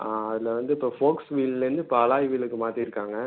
ஆ அதில் வந்து இப்போ ஃபோக்ஸ் வீல்லிலேருந்து இப்போ அலாய் வீலுக்கு மாற்றிருக்காங்க